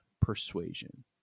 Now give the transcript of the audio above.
persuasion